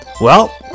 Well